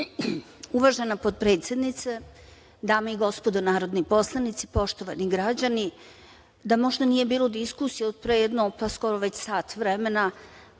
Hvala. Uvažena potpredsednice, dame i gospodo narodni poslanici, poštovani građani, da možda nije bilo diskusije od pre jednog skoro već sat vremena